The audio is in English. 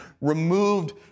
removed